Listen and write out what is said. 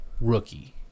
rookie